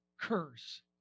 curse